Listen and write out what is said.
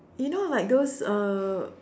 you know like those uh